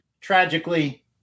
tragically